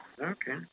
Okay